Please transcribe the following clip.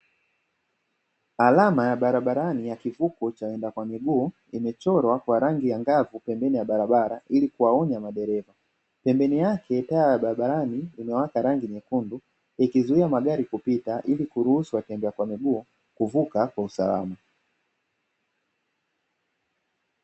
Alama ya barabarani ya kivuko cha waenda kwa miguu, imechorwa kwa rangi angavu pembeni ya barabara ili kuwaonya madereva. Pembeni yake taa ya barabarani imewaka rangi nyekundu, ikizuia magari kupita ili kuruhusu watembea kwa miguu kuvuka kwa usalama.